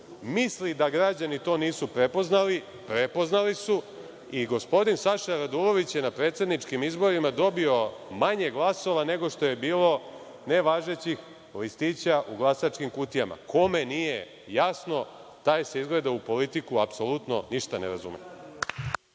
misli da građani to nisu prepoznali. Prepoznali su, i gospodin Saša Radulović je na predsedničkim izborima dobio manje glasova nego što je bilo nevažećih listića u glasačkim kutijama. Kome nije jasno, taj se izgleda u politiku, apsolutno, ništa ne razume.